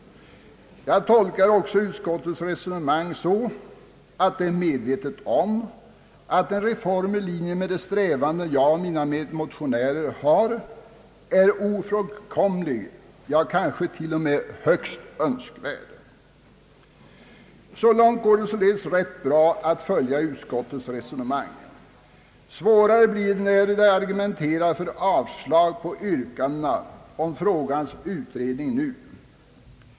Jag tolkar också utskottets resonemang så att utskottet är medvetet om att en reform i linje med de strävanden jag och mina medmotionärer har är ofrånkomlig, ja kanske till och med högst önskvärd. Så långt går det således rätt bra att följa utskottets resonemang. Svårare blir det när utskottet argumenterar för avslag på yrkandena om frågans utredning nu.